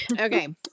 Okay